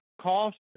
cost